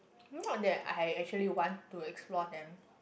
not that I actually want to explore them